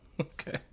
Okay